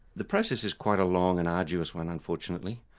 the process is quite a long and arduous one unfortunately,